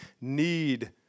need